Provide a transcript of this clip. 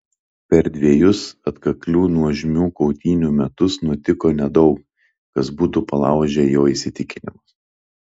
per dvejus atkaklių nuožmių kautynių metus nutiko nedaug kas būtų palaužę jo įsitikinimus